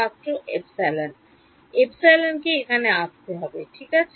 ছাত্র Epsilon Epsilon কে এখানে আসতে হবে ঠিক আছে